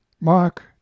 Mark